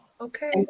Okay